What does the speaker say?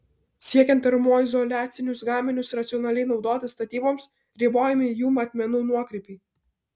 siekiant termoizoliacinius gaminius racionaliai naudoti statyboms ribojami jų matmenų nuokrypiai